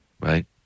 right